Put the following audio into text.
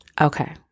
Okay